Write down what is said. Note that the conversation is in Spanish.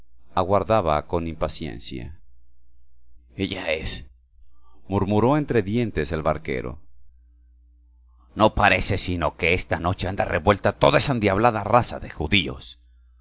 aguardaba con impaciencia ella es murmuró entre dientes el barquero no parece sino que esta noche anda revuelta toda esa endiablada raza de judíos